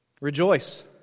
Rejoice